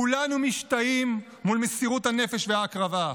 כולנו משתאים מול מסירות הנפש וההקרבה.